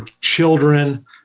children